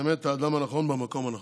באמת האדם הנכון במקום הנכון.